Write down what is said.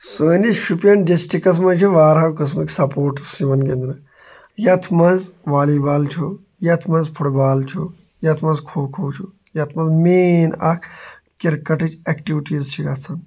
سٲنِس شُپیَن ڈِسٹرٛکٹس منٛز چھِ واریاہو قٕسمٕکۍ سپوٹٕس یِوان گِنٛدنہٕ یَتھ منٛز والی بال چھُ یَتھ منٛز فُٹ بال چھُ یَتھ منٛز کھو کھو چھُ یَتھ منٛز مین اَکھ کِرکَٹٕچ ایکٹٕوِٹیٖز چھِ گژھان